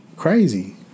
crazy